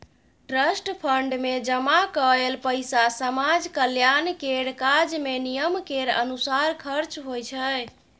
trust fund मे जमा कएल पैसा समाज कल्याण केर काज मे नियम केर अनुसार खर्च होइ छै